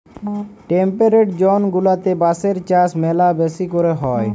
temperate zone গুলাতে বাঁশের চাষ ম্যালা বেশি ক্যরে হ্যয়